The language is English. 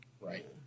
Right